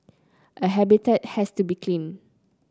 a habitat has to be clean